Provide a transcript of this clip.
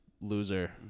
loser